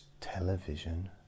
television